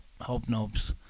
hobnobs